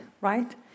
right